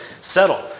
settle